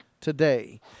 today